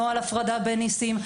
נוהל הפרדה בין ניצים.